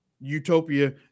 utopia